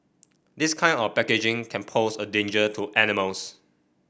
this kind of packaging can pose a danger to animals